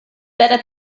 better